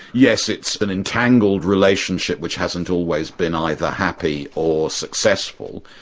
yes it's an entangled relationship which hasn't always been either happy or successful,